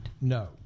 No